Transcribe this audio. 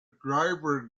driver